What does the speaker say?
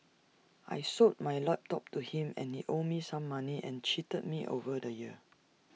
I sold my laptop to him and he owed me some money and cheated me over the year